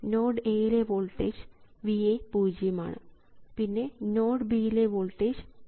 node A യിലെ voltage VA പൂജ്യമാണ് ആണ് പിന്നെ നോഡ് B യിലെ വോൾട്ടേജ് VTEST k ആണ്